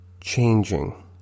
changing